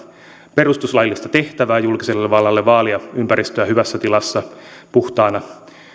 perustuslaillista tehtävää julkiselle vallalle vaalia ympäristöä hyvässä tilassa puhtaana